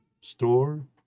store